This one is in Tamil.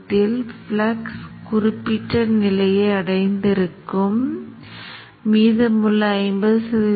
இந்த காமாண்டை பயன்படுத்தி நிகரப் பட்டியலை உருவாக்குவோம் g net list g spice sdb o form